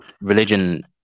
religion